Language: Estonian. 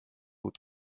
uut